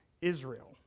Israel